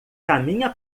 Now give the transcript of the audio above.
caminha